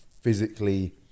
physically